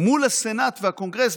מול הסנאט והקונגרס,